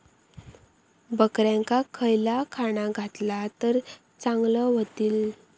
बकऱ्यांका खयला खाणा घातला तर चांगल्यो व्हतील?